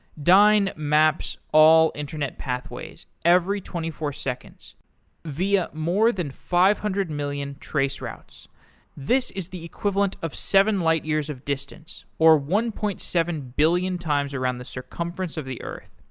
dyn maps all internet pathways every twenty four seconds via more than five hundred million traceroutes. this is the equivalent of seven light years of distance, or one point seven billion times around the circumference of the earth.